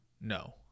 no